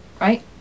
Right